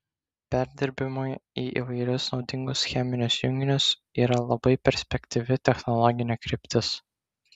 perdirbimui į įvairius naudingus cheminius junginius yra labai perspektyvi technologinė kryptis